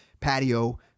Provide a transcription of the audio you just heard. patio